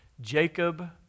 Jacob